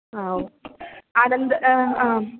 आ ओ अनन्तरम् आम्